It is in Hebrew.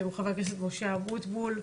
לחבר הכנסת משה אבוטבול.